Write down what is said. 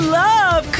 love